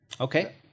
Okay